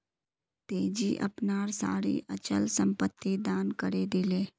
तेजी अपनार सारी अचल संपत्ति दान करे दिले